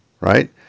right